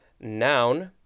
noun